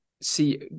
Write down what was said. see